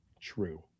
True